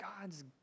God's